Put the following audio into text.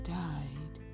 died